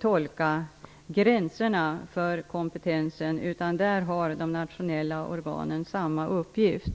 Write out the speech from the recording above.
tolka gränserna för kompetensen. De nationella organen har samma uppgift.